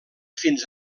fins